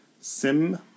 Sim